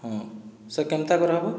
ହଁ ସେ କେନ୍ତା କରାହବ